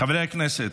חברי הכנסת,